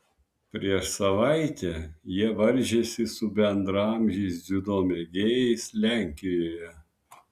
prieš savaitę jie varžėsi su bendraamžiais dziudo mėgėjais lenkijoje